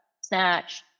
snatch